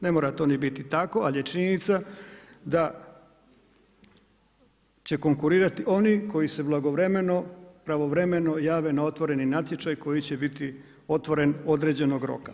Ne mora to ni biti tako, ali je činjenica da će konkurirati oni koji se pravovremeno jave na otvoreni natječaj, koji će biti otvoren određenog roka.